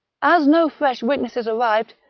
as no fresh witnesses arrived,